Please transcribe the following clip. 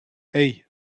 hey